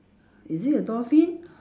is it a dolphin